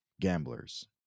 gamblers